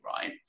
Right